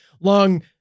long